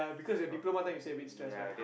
because they're diploma then you say a bit stress right